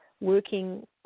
working